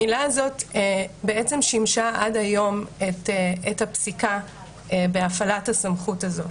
המילה הזאת בעצם שימשה עד היום את הפסיקה בהפעלת הסמכות הזאת.